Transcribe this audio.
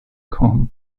com